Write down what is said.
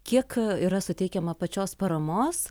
kiek yra suteikiama pačios paramos